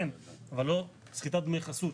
אבל לא סחיטת דמי חסות,